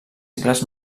cicles